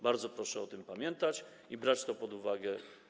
Bardzo proszę o tym pamiętać i brać to pod uwagę.